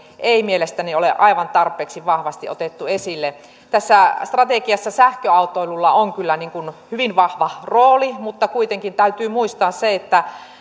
ei mielestäni ole aivan tarpeeksi vahvasti otettu esille tässä strategiassa sähköautoilulla on kyllä hyvin vahva rooli mutta kuitenkin täytyy muistaa se että